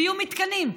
ויהיו מתקנים.